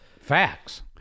facts